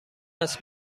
است